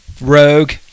rogue